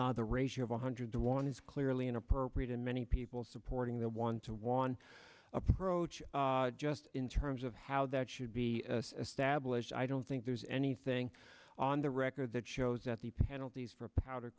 the ratio of one hundred to one is clearly inappropriate and many people supporting the one to one approach just in terms of how that should be established i don't think there's anything on the record that shows that the penalties for powder